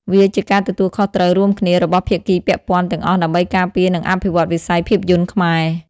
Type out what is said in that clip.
វាជាការទទួលខុសត្រូវរួមគ្នារបស់ភាគីពាក់ព័ន្ធទាំងអស់ដើម្បីការពារនិងអភិវឌ្ឍវិស័យភាពយន្តខ្មែរ។